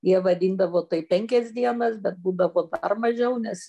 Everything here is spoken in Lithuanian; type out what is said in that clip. jie vadindavo tai penkias dienas bet būdavo dar mažiau nes